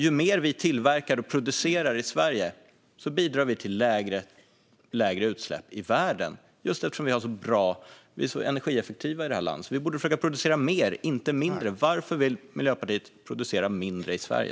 Ju mer vi tillverkar och producerar i Sverige, desto lägre utsläpp bidrar vi till i världen. Eftersom vi är så energieffektiva i det här landet borde vi försöka producera mer, inte mindre. Varför väljer Miljöpartiet att vi ska producera mindre i Sverige?